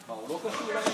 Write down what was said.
מה, הוא לא קשור לעניין?